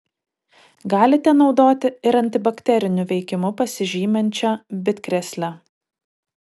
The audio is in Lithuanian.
galite naudoti ir antibakteriniu veikimu pasižyminčią bitkrėslę